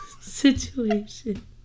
situation